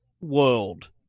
world